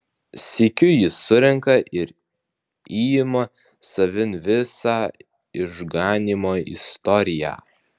sykiu jis surenka ir įima savin visą išganymo istoriją